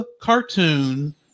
cartoon